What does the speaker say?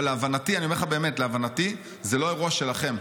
אבל להבנתי, זה לא האירוע שלכם.